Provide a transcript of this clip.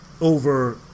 over